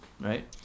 right